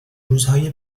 روزهای